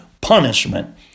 punishment